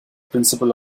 principle